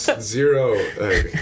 zero